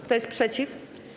Kto jest przeciw?